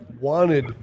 wanted